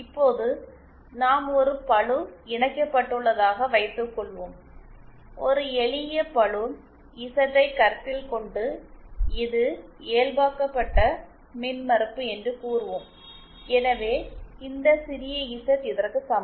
இப்போது நாம் ஒரு பளு இணைக்கப்பட்டுள்ளதாக வைத்துக்கொள்வோம் ஒரு எளிய பளு இசட் ஐ கருத்தில் கொண்டு இது இயல்பாக்கப்பட்ட மின்மறுப்பு என்று கூறுவோம் எனவே இந்த சிறிய இசட் இதற்கு சமம்